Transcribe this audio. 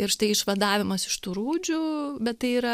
ir štai išvadavimas iš tų rūdžių bet tai yra